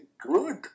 good